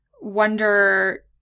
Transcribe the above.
wonder